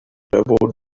about